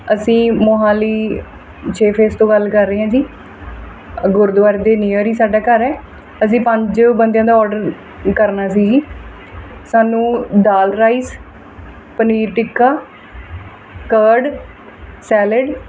ਅਸੀਂ ਮੋਹਾਲੀ ਛੇ ਫੇਜ਼ ਤੋਂ ਗੱਲ ਕਰ ਰਹੇ ਆ ਜੀ ਗੁਰਦੁਆਰੇ ਦੇ ਨੀਅਰ ਹੀ ਸਾਡਾ ਘਰ ਹੈ ਅਸੀਂ ਪੰਜ ਬੰਦਿਆਂ ਦਾ ਔਡਰ ਕਰਨਾ ਸੀ ਜੀ ਸਾਨੂੰ dal rice paneer tikka curd salad